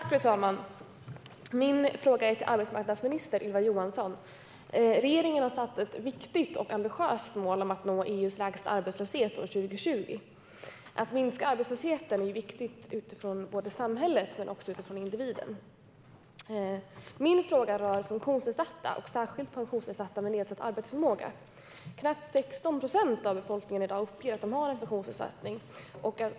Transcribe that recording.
Fru talman! Min fråga är till arbetsmarknadsminister Ylva Johansson. Regeringen har satt upp ett viktigt och ambitiöst mål om att nå EU:s lägsta arbetslöshet till år 2020. Att minska arbetslösheten är ju viktigt för samhället men också för individen. Min fråga rör funktionsnedsatta, särskilt funktionsnedsatta med nedsatt arbetsförmåga. Knappt 16 procent av befolkningen i dag uppger att de har en funktionsnedsättning.